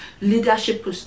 leadership